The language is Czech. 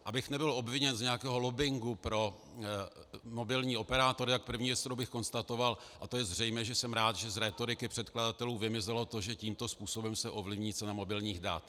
Abych nebyl obviněn z nějakého lobbingu pro mobilní operátory, tak první věc, kterou bych konstatoval, a to je zřejmé, že jsem rád, že z rétoriky předkladatelů vymizelo to, že tímto způsobem se ovlivní cena mobilních dat.